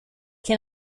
can